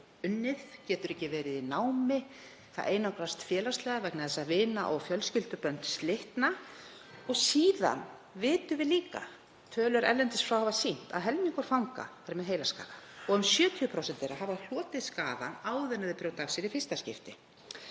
unnið, getur ekki verið í námi. Það einangrast félagslega vegna þess að vina- og fjölskyldubönd slitna. Síðan vitum við líka, tölur að utan hafa sýnt það, að helmingur fanga er með heilaskaða og um 70% þeirra hafa hlotið skaðann áður en þau brjóta af sér í fyrsta skipti.